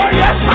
yes